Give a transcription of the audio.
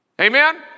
Amen